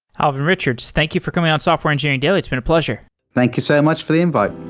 alvin richards, thank you for coming on software engineering daily. it's been a pleasure thank you so much for the invite